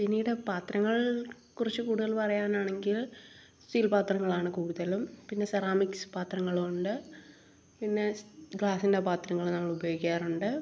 പിന്നീട് പത്രങ്ങൾ കുറിച്ച് കൂടുതൽ പറയാനാണെങ്കിൽ സ്റ്റീൽ പത്രങ്ങളാണ് കൂടുതലും പിന്നെ സെറാമിക്സ് പാത്രങ്ങളും ഉണ്ട് പിന്നെ ഗ്ലാസിൻ്റെ പത്രങ്ങൾ നമ്മൾ ഉപയോഗിക്കാറുണ്ട്